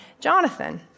Jonathan